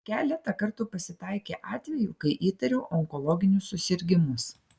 keletą kartų pasitaikė atvejų kai įtariau onkologinius susirgimus